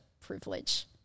privilege